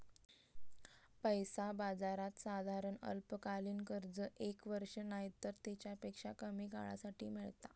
पैसा बाजारात साधारण अल्पकालीन कर्ज एक वर्ष नायतर तेच्यापेक्षा कमी काळासाठी मेळता